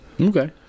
Okay